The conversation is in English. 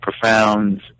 profound